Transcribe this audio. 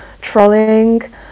trolling